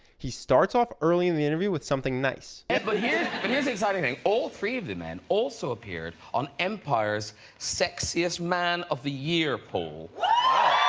he starts off early in the interview with something nice. and but here but here is exciting and all three of the men also appeared on empire's sexiest man of the year poll.